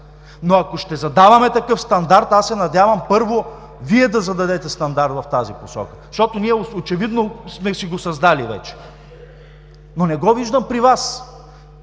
Ако ще задаваме такъв стандарт, аз се надявам първо Вие да зададете стандарт в тази посока, защото ние очевидно сме си го създали вече. Но не го виждам при Вас.